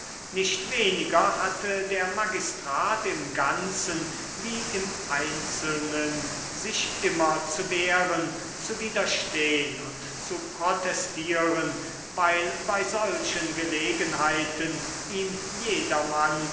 nicht weniger hatte der magistrat im ganzen wie im einzelnen sich immer zu wehren zu widerstehn und zu protestieren weil bei solchen gelegenheiten ihm jedermann